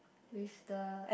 with the